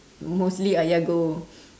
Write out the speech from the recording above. mostly ayah go